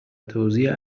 توزیع